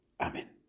Amen